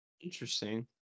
Interesting